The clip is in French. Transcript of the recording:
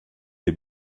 des